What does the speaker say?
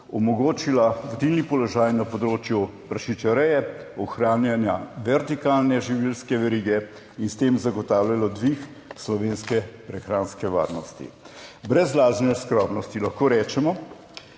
omogočila vodilni položaj na področju prašičereje, ohranjanja vertikalne živilske verige in s tem zagotavljalo dvig slovenske prehranske varnosti. Brez lažne skromnosti lahko rečemo,